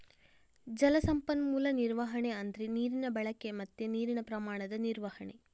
ಜಲ ಸಂಪನ್ಮೂಲ ನಿರ್ವಹಣೆ ಅಂದ್ರೆ ನೀರಿನ ಬಳಕೆ ಮತ್ತೆ ನೀರಿನ ಪ್ರಮಾಣದ ನಿರ್ವಹಣೆ